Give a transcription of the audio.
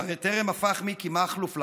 שהרי טרם הפך מיקי מכלוף לממ"ז,